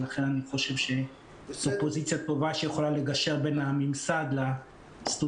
ולכן אני חושב שזו פוזיציה טובה שיכולה לגשר בין הממסד לסטודנטים,